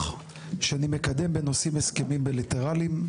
שאני מקדם בנושא הסכמים בילטרליים.